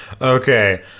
Okay